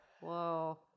Whoa